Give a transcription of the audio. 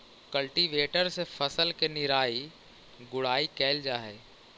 cultivator से फसल के निराई गुडाई कैल जा हई